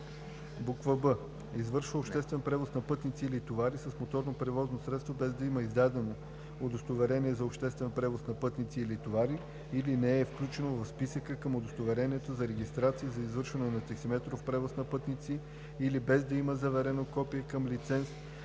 почивка; б) извършва обществен превоз на пътници или товари с моторно превозно средство, без да има издадено удостоверение за обществен превоз на пътници или товари или не е включено в списък към удостоверение за регистрация за извършване на таксиметров превоз на пътници или без да има заверено копие към лиценз